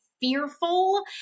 fearful